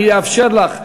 אני אאפשר לך,